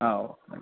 ആ ഓ ആ